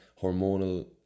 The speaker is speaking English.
hormonal